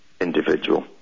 individual